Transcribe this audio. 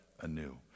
anew